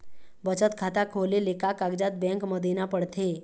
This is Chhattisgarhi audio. बचत खाता खोले ले का कागजात बैंक म देना पड़थे?